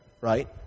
right